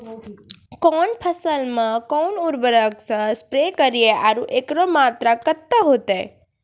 कौन फसल मे कोन उर्वरक से स्प्रे करिये आरु एकरो मात्रा कत्ते होते?